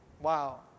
Wow